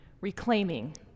reclaiming